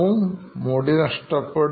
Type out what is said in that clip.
അതുപോലെ മുടി നഷ്ടപ്പെടുന്നു